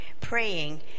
praying